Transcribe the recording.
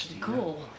Cool